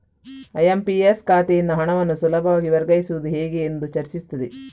IMPS ಖಾತೆಯಿಂದ ಹಣವನ್ನು ಸುಲಭವಾಗಿ ವರ್ಗಾಯಿಸುವುದು ಹೇಗೆ ಎಂದು ಚರ್ಚಿಸುತ್ತದೆ